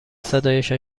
صدایشان